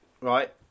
right